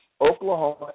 Oklahoma